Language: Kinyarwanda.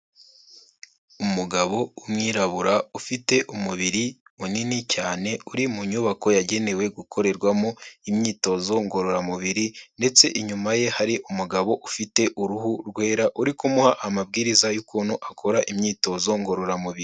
Umugabo w'umwirabura ufite umubiri munini cyane uri mu nyubako yagenewe gukorerwamo imyitozo ngororamubiri ndetse inyuma ye hari umugabo ufite uruhu rwera uri kumuha amabwiriza y'ukuntu akora imyitozo ngororamubiri.